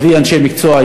נביא אנשי מקצוע.